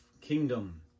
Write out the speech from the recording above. kingdom